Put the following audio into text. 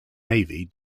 navy